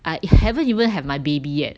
I haven't even have my baby yet